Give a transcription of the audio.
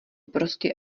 prostě